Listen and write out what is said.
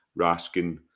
Raskin